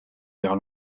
vers